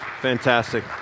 Fantastic